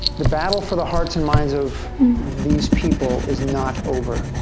the battle for the hearts and minds of these people is not over.